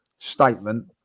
Statement